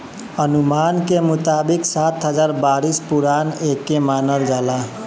अनुमान के मुताबिक सात हजार बरिस पुरान एके मानल जाला